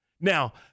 Now